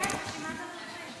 תסתכל,